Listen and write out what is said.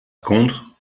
contre